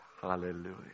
Hallelujah